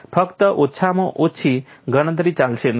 ફક્ત ઓછામાં ઓછી ગણતરી ચાલશે નહીં